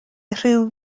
rhyw